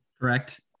Correct